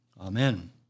Amen